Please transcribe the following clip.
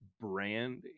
brand